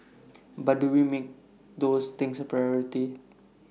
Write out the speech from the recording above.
but do we make those things A priority